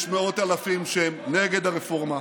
יש מאות אלפים שהם נגד הרפורמה.